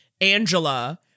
Angela